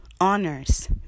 honors